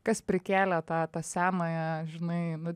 kas prikėlė tą tą senąją žinai nu